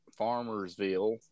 Farmersville